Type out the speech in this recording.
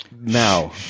now